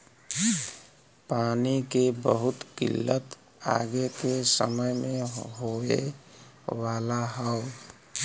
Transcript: पानी के बहुत किल्लत आगे के समय में होए वाला हौ